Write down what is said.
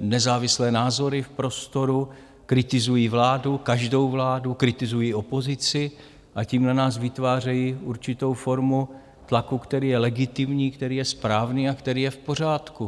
nezávislé názory v prostoru, kritizují vládu, každou vládu, kritizují opozici a tím na nás vytvářejí určitou formu tlaku, který je legitimní, který je správný a který je v pořádku.